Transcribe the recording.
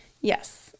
Yes